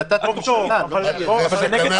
סכנה